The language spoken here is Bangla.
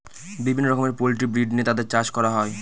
বিভিন্ন রকমের পোল্ট্রি ব্রিড নিয়ে তাদের চাষ করা হয়